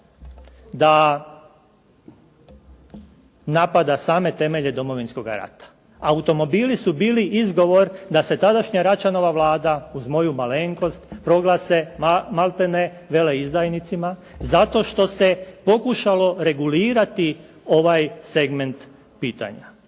da napada same temelje Domovinskoga rata. Automobili su bili izgovor da se tadašnja Račanova vlada uz moju malenkost proglase maltene veleizdajnicima zato što se pokušalo regulirati ovaj segment pitanja.